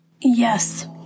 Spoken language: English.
Yes